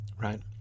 Right